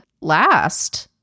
last